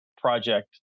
project